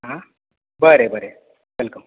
आं बरें बरें वॅलकम